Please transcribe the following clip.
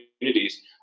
communities